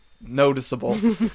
noticeable